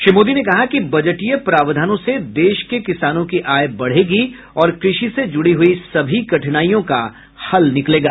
श्री मोदी ने कहा कि बजटीय प्रावधानों से देश के किसानों की आय बढ़ेगी और कृषि से जुड़ी हुई सभी कठिनाईयों का हल निकलेगा